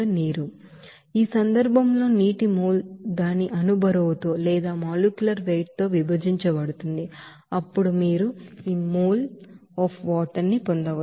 కాబట్టి ఈ సందర్భంలో నీటి మోల్ దాని మోలెకులర్ వెయిట్ తో విభజించబడుతుంది అప్పుడు మీరు ఈ మోల్ నీటిని పొందవచ్చు